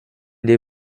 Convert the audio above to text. des